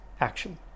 action